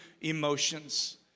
emotions